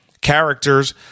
characters